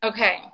Okay